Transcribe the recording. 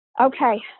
Okay